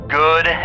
good